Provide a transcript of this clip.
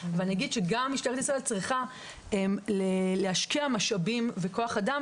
אבל אני אגיד שגם משטרת ישראל צריכה להשקיע משאבים וכוח-אדם